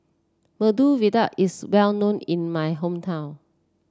Medu Vada is well known in my hometown